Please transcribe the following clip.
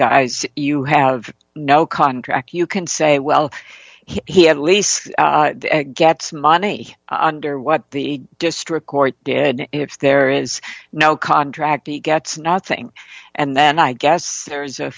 guys you have no contract you can say well he at least gets money under what the district court did and if there is no contract he gets nothing and then i guess there is a